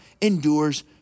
endures